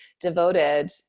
devoted